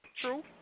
True